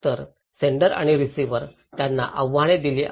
तर सेंडर आणि रिसिव्हर त्यांना आव्हान दिले आहे